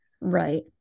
right